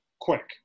quick